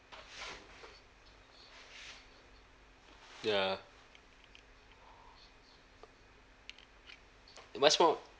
ya much more